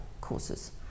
courses